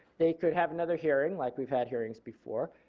they could have another hearing like we've had hearings before.